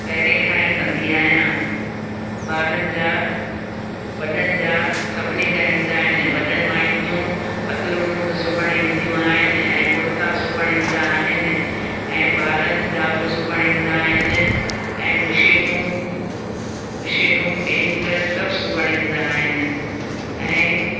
पहिरें खां ई कंदी आहियां ॿारनि जा वॾनि जा सभिनी जा ईंदा आहिनि वॾनि माइयुनि जूं पतलुनूं बि सिबण ईंदियूं आहिनि ऐं कुर्ता सिबण ईंदा आहिनि ऐं ॿारनि जा बि सिबण ईंदा आहिनि ऐं बुशेटूं बुशेटूं पेंट सभु सिबण ईंदा आहिनि ऐं